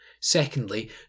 Secondly